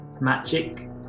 magic